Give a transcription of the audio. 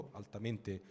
altamente